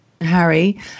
Harry